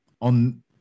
on